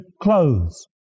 clothes